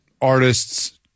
artists